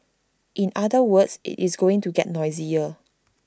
in other words IT is going to get noisier